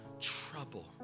trouble